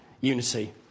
unity